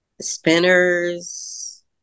Spinners